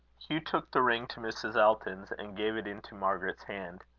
hugh took the ring to mrs. elton's, and gave it into margaret's hand.